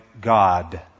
God